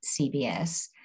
CBS